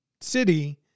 city